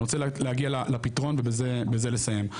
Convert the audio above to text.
אני רוצה להגיע לפתרון ובזה בזה לסיים,